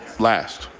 last.